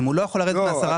הוא לא יכול לרדת מ-10%.